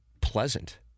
pleasant